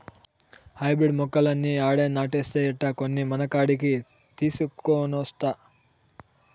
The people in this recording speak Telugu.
హైబ్రిడ్ మొక్కలన్నీ ఆడే నాటేస్తే ఎట్టా, కొన్ని మనకాడికి తీసికొనొస్తా